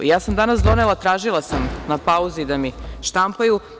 Ja sam danas donela, tražila sam na pauzi da mi štampaju.